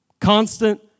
Constant